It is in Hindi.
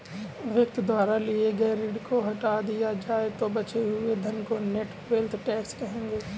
व्यक्ति द्वारा लिए गए ऋण को हटा दिया जाए तो बचे हुए धन को नेट वेल्थ टैक्स कहेंगे